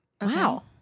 wow